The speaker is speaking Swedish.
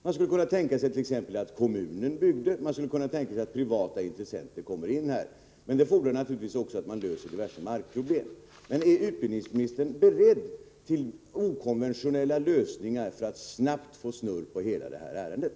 Man skulle t.ex. kunna tänka sig att kommunen byggde, och man skulle kunna tänka sig att privata intressenter kommer in. Detta fordrar naturligtvis att man löser diverse markproblem. Är utbildningsministern beredd till okonventionella lösningar för att snabbt få snurr på hela det här ärendet?